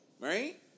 right